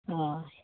हय